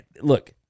Look